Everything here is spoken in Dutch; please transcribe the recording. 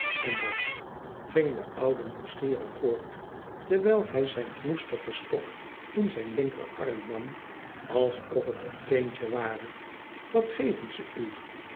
n wat ging de oude nieuwsgierig voort terwijl hij zijn knoestigen stok in zijn linkerarm nam alsofhet een kindje ware wat geven zeu